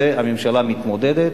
ועם זה הממשלה מתמודדת.